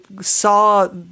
saw